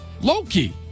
Loki